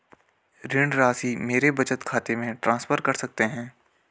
ऋण राशि मेरे बचत खाते में ट्रांसफर कर सकते हैं?